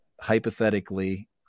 hypothetically